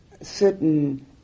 certain